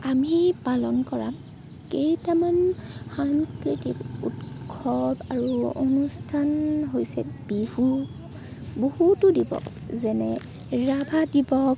আমি পালন কৰা কেইটামান সাংস্কৃতিক উৎসৱ আৰু অনুষ্ঠান হৈছে বিহু বহুতো দিৱস যেনে ৰাভা দিৱস